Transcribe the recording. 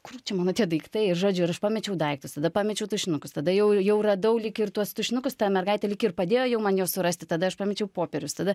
kur čia mano tie daiktai žodžiu ir aš pamečiau daiktus tada pamečiau tušinukus tada jau jau radau lyg ir tuos tušinukus ta mergaitė lyg ir padėjo jau man jo surasti tada aš pamečiau popierius tada